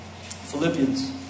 Philippians